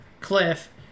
Cliff